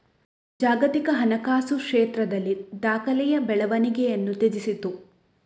ಜಾಗತಿಕ ಹಣಕಾಸು ಕ್ಷೇತ್ರದಲ್ಲಿ ದಾಖಲೆಯ ಬೆಳವಣಿಗೆಯನ್ನು ಉತ್ತೇಜಿಸಿತು